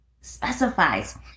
specifies